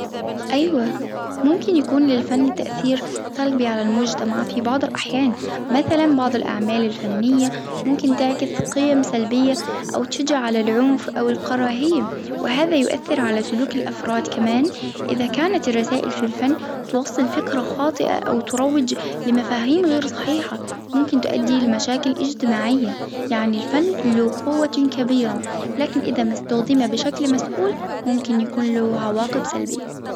أيوة ممكن يكون للفن تأثير سلبي على المجتمع في بعض الاحيان، مثلا بعض الأعمال الفنية ممكن تعكس قيم سلبية أو تشجع على العنف أو الكراهية، وهذا يؤثر على سلوك الأفراد كمان، إذا كانت الرسائل في الفن توصل فكرة خاطئة أو تروج لمفاهيم غير صحيحة، ممكن تؤدي لمشاكل إجتماعية، يعني الفن له قوة كبيرة، لكن إذا ما إستخدم بشكل مسئول ممكن يكون له عواقب سلبية.